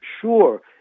sure